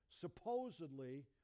supposedly